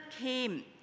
came